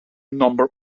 number